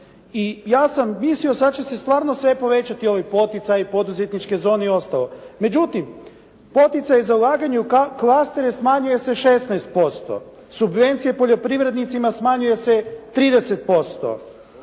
I ja sam mislio sad će se stvarno sve povećati ovi poticaji, poduzetničke zone i ostalo. Međutim, poticaji za ulaganje u klastere smanjuje se 6%, subvencije poljoprivrednicima smanjuje se 30%,